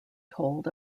told